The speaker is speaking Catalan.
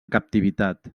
captivitat